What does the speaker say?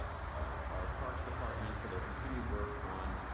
ah our parks department for their continued work on